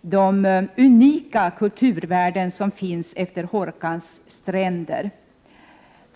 de unika kulturvärden som finns efter Hårkans stränder.